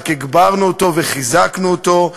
רק הגברנו אותו וחיזקנו אותו,